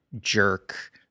jerk